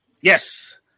yes